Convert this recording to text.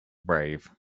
brave